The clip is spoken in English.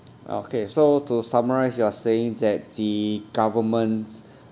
okay so to summarise you are saying that the government